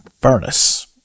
furnace